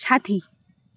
সাথি